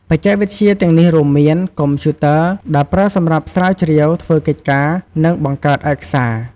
បច្ចេកវិទ្យាទាំងនេះរួមមាន កុំព្យូទ័រ ដែលប្រើសម្រាប់ស្រាវជ្រាវ ធ្វើកិច្ចការ និងបង្កើតឯកសារ។